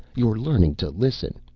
you're learning to listen.